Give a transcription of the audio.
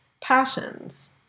passions